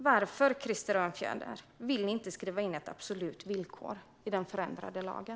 Varför vill ni inte skriva in ett absolut villkor i den förändrade lagen?